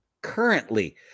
Currently